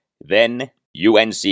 then-UNC